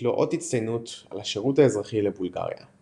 לו אות הצטיינות על השירות האזרחי לבולגריה.